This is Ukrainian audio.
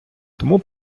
тому